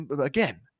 again